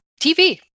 TV